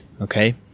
Okay